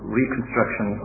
reconstruction